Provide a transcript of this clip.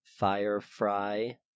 firefry